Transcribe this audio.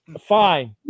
Fine